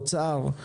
אוצר,